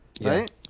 right